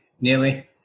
nearly